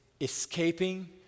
escaping